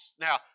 Now